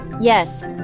Yes